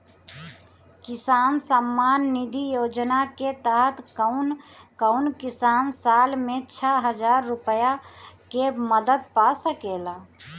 किसान सम्मान निधि योजना के तहत कउन कउन किसान साल में छह हजार रूपया के मदद पा सकेला?